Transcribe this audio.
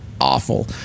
awful